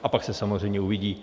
A pak se samozřejmě uvidí.